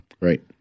Right